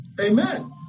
Amen